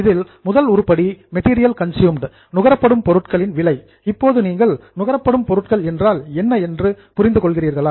இதில் முதல் உருப்படி மெட்டீரியல் கன்ஸ்யூம்டு நுகரப்படும் பொருட்களின் விலை இப்போது நீங்கள் நுகரப்படும் பொருட்கள் என்றால் என்ன என்பதை புரிந்து கொள்கிறீர்களா